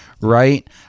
right